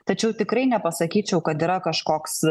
tačiau tikrai nepasakyčiau kad yra kažkoks